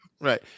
right